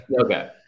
Okay